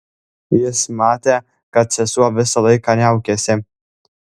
jis matė kad sesuo visą laiką niaukėsi